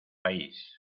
país